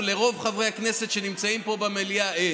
לרוב חברי הכנסת שנמצאים פה במליאה אין.